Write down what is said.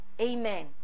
Amen